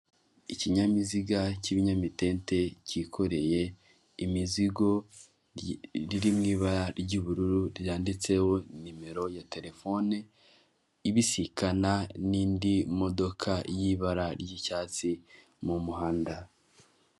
Ikinyabiziga cy'ibinyamitende cyikoreye imizigo riri mu ibara ry'ubururu, ryanditseho nimero ya telefone ibisikana n'indi modoka y'ibara ry'icyatsi mu muhanda.